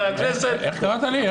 איך קראת לי?